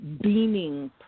beaming